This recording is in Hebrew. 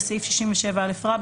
בסעיף 67א,